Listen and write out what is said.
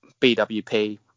BWP